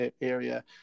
area